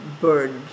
bird